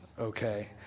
Okay